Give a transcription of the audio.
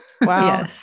Wow